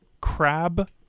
Crab